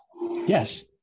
yes